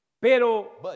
Pero